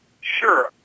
sure